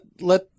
let